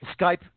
Skype